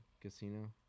casino